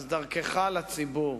דרכך, לציבור: